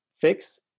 fix